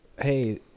hey